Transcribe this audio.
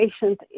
patient